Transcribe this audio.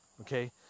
Okay